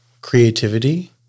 creativity